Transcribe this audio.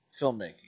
filmmaking